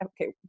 okay